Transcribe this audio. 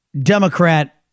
Democrat